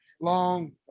Long